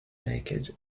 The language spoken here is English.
naked